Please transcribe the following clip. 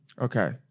Okay